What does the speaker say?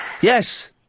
Yes